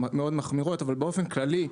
מאוד מחמירות אבל באופן כללי,